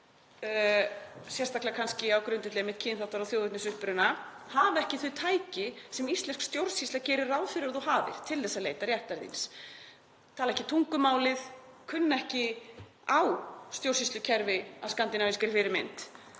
sérstaklega á grundvelli einmitt kynþáttar og þjóðernisuppruna, hafi ekki þau tæki sem íslensk stjórnsýsla gerir ráð fyrir að þú hafir til að leita réttar þíns, tala ekki tungumálið, kunna ekki á stjórnsýslukerfi að skandinavískri fyrirmynd,